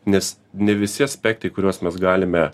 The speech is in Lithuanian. nes ne visi aspektai kuriuos mes galime